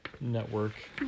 network